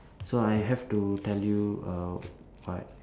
so I have to tell you err what